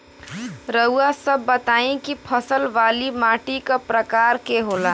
रउआ सब बताई कि फसल वाली माटी क प्रकार के होला?